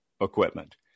equipment